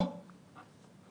עם